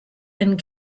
and